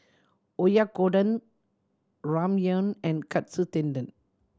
Oyakodon Ramyeon and Katsu Tendon